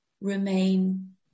remain